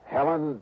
Helen